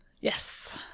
Yes